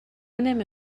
نمی